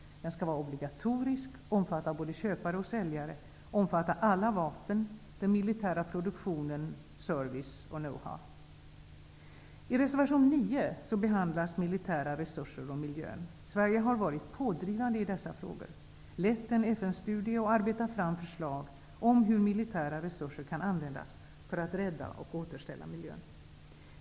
Den skall vara obligatorisk, omfatta både köpare och säljare och omfatta alla vapen, den militära produktionen, service och know-how. I reservation 9 behandlas militära resurser och miljön. Sverige har varit pådrivande i dessa frågor, lett en FN-studie och arbetat fram förslag om hur militära resurser kan användas för att rädda och återställa miljön.